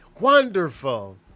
wonderful